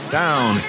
down